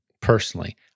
personally